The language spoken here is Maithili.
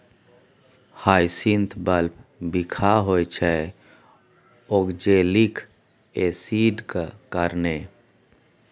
हाइसिंथ बल्ब बिखाह होइ छै आक्जेलिक एसिडक कारणेँ